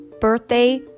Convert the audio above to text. birthday